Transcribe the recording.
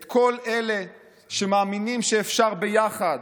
את כל אלה שמאמינים שאפשר ביחד,